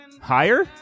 Higher